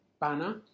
banner